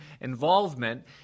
involvement